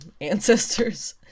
ancestors